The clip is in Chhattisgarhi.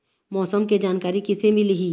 मौसम के जानकारी किसे मिलही?